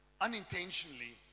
unintentionally